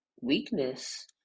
weakness